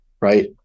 Right